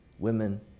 Women